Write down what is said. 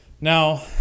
Now